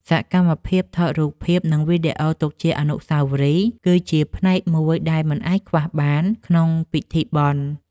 សកម្មភាពថតរូបភាព និងវីដេអូទុកជាអនុស្សាវរីយ៍ គឺជាផ្នែកមួយដែលមិនអាចខ្វះបានក្នុងពិធីបុណ្យ។